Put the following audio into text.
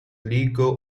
legal